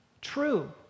true